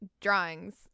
drawings